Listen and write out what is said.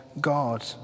God